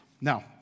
Now